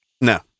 No